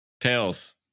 Tails